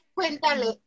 Cuéntale